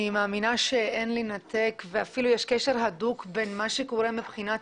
אני מאמינה שאין לנתק ואפילו יש קשר הדוק בין מה שקורה מבחינת